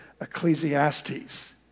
Ecclesiastes